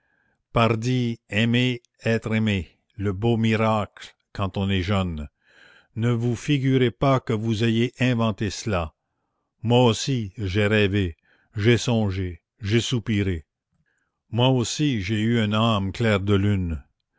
pardi aimer être aimé le beau miracle quand on est jeune ne vous figurez pas que vous ayez inventé cela moi aussi j'ai rêvé j'ai songé j'ai soupiré moi aussi j'ai eu une âme clair de lune